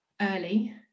early